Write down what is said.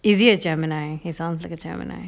is he a gemini his sounds like a gemini